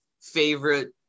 favorite